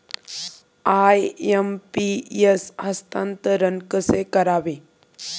IMPS हस्तांतरण कसे करावे?